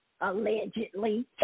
allegedly